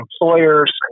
employers